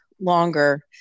longer